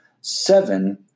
seven